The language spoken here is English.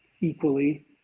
equally